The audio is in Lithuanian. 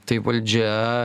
tai valdžia